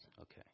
Okay